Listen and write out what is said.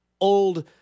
Old